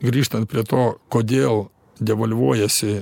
grįžtant prie to kodėl devalvuojasi